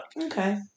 Okay